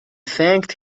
thanked